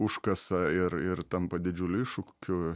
užkasa ir ir tampa didžiuliu iššūkiu